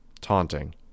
Taunting